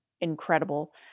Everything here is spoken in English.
incredible